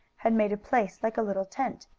had made a place like a little tent,